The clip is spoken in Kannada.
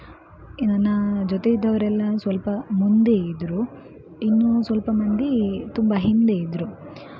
ನನ್ನ ಜೊತೆ ಇದ್ದವರೆಲ್ಲ ಸ್ವಲ್ಪ ಮುಂದೆ ಇದ್ದರು ಇನ್ನೂ ಸ್ವಲ್ಪ ಮಂದಿ ತುಂಬ ಹಿಂದೆ ಇದ್ದರು